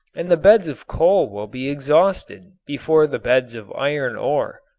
and the beds of coal will be exhausted before the beds of iron ore.